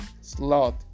slot